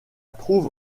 trouve